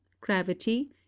gravity